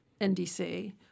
NDC